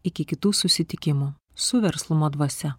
iki kitų susitikimų su verslumo dvasia